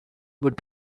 would